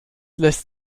lässt